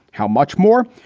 how much more?